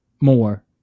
More